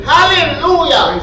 Hallelujah